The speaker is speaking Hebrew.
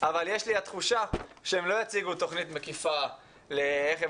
אבל יש לי התחושה שהם לא יציגו תוכנית מקיפה לאיך הם